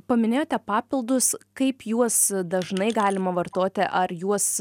paminėjote papildus kaip juos dažnai galima vartoti ar juos